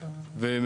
ראשי הימ״רים,